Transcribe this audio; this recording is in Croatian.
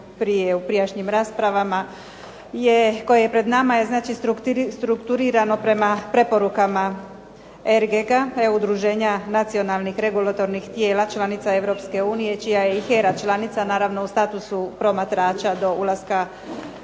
je pred nama je znači strukturirano prema preporukama RGGA Udruženja nacionalnih regulatornih tijela članica EU čija je i HERA članica naravno u statusu promatrača do ulaska